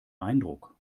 eindruck